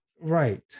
right